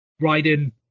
riding